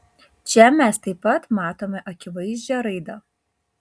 čia mes taip pat matome akivaizdžią raidą